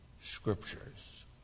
scriptures